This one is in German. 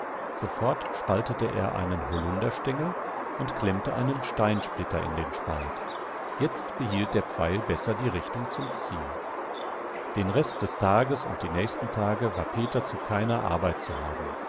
sofort spaltete er einen holunderstengel und klemmte einen steinsplitter in den spalt jetzt behielt der pfeil besser die richtung zum ziel den rest des tages und die nächsten tage war peter zu keiner arbeit zu haben